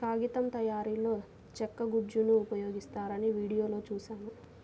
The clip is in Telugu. కాగితం తయారీలో చెక్క గుజ్జును ఉపయోగిస్తారని వీడియోలో చూశాను